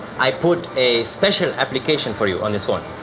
i put a special application for you on this phone.